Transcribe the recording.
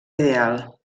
ideal